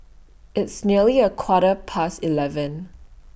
its nearly A Quarter Past eleven